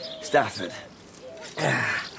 Stafford